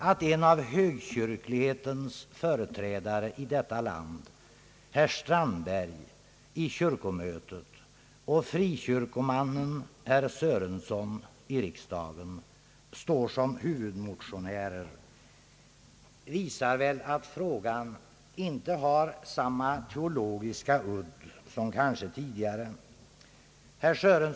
Att en av högkyrklighetens företrädare i detta land, herr Strandberg, i kyrkomötet och frikyrkomannen herr Sörenson i riksdagen står som huvudmotionärer visar väl att frågan inte har samma teologiska udd som kanske tidigare varit fallet.